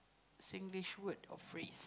Singlish word or phrase